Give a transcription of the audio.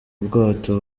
bwato